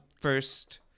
first